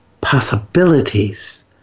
possibilities